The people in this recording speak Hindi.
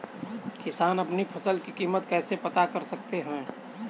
किसान अपनी फसल की कीमत कैसे पता कर सकते हैं?